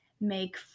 make